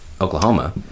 Oklahoma